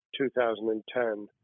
2010